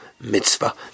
mitzvah